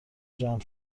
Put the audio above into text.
جمع